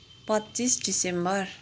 पच्चिस दिसम्बर